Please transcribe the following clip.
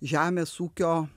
žemės ūkio